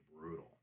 brutal